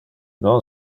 non